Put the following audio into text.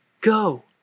Go